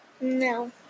No